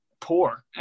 poor